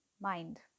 mind